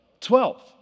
Twelve